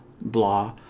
blah